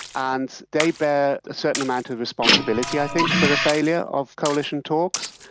and they bear a certain amount of responsibility i think for the failure of coalition talks.